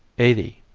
eighty.